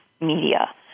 media